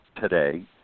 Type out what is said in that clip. today